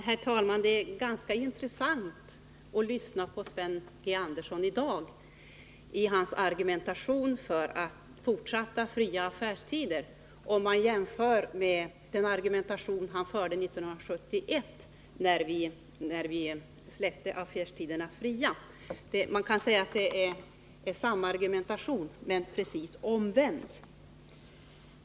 Herr talman! Det är ganska intressant att lyssna till Sven G. Andersson i dag och hans argumentation för fortsatta fria affärstider, om man jämför med den argumentation han förde 1971, när vi släppte affärstiderna fria. Man kan säga att det är samma argumentation, men den är precis omvänd.